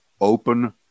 open